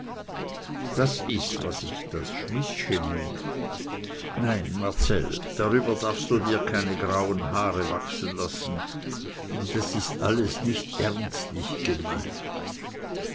das ist was ich das schmidtsche nenne nein marcell darüber darfst du dir keine grauen haare wachsen lassen das ist alles nicht ernstlich gemeint